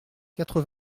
quatre